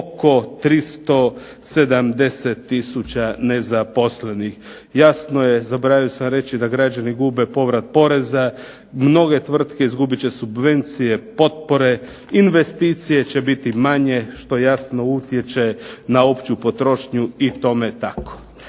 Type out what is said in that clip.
oko 370 tisuća nezaposlenih. Jasno je, zaboravio sam reći da građani gube povrat poreza, mnoge tvrtke izgubit će subvencije, potpore, investicije će biti manje što, jasno, utječe na opću potrošnju i tome tako.